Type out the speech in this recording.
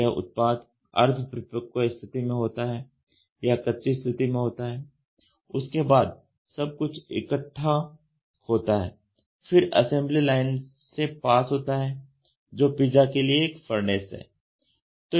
तो यह उत्पाद अर्द्ध परिपक्व स्थिति में होता है या कच्ची स्थिति में होता है उसके बाद सब कुछ इकट्ठा होता है फिर असेंबली लाइन से पास होता है जो पिज्जा के लिए एक फरनेस है